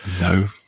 No